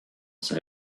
side